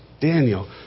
Daniel